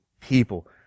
people